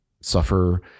suffer